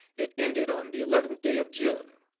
it ended on the eleventh day of june.